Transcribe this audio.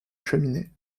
cheminée